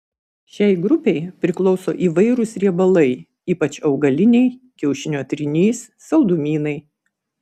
šiai grupei priklauso įvairūs riebalai ypač augaliniai kiaušinio trynys saldumynai